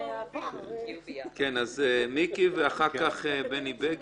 הפוליטי לבין